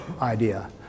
idea